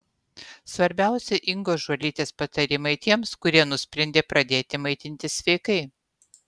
svarbiausi ingos žuolytės patarimai tiems kurie nusprendė pradėti maitintis sveikai